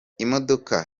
imodoka